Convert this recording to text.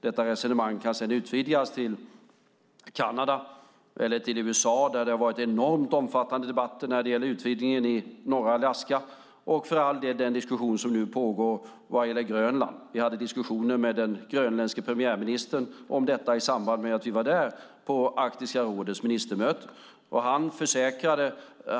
Detta resonemang kan sedan utvidgas till Kanada och USA, där det varit mycket omfattande debatter beträffande utvidgningen i norra Alaska, och för all del även till Grönland och den diskussion som pågår där. Vi hade diskussioner med den grönländske premiärministern om detta i samband med Arktiska rådets ministermöte på Grönland.